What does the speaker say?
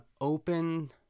open